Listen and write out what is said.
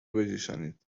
بجوشانید